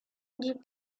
répondit